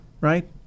right